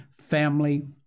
family